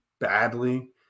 badly